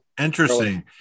interesting